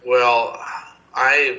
well i